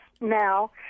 now